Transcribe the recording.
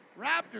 Raptors